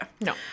No